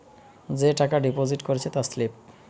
যে টাকা ডিপোজিট করেছে তার স্লিপ